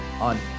on